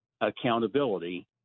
accountability